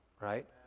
right